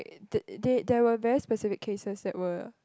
the they there were very specific cases that were